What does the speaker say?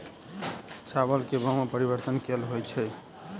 चावल केँ भाव मे परिवर्तन केल होइ छै?